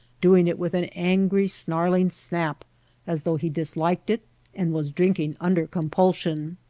doing it with an angry snarling snap as though he disliked it and was drinking under compulsion.